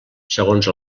segons